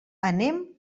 anem